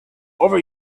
over